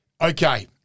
Okay